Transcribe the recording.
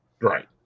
right